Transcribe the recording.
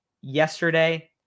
yesterday